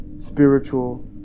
spiritual